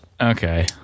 Okay